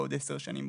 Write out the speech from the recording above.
בעוד 10 שנים,